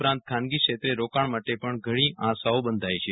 ઉપરાંત ખાનગી ક્ષેત્રે રોકાણ માટે પણ ઘણી આશાઓ બંધાઈ છે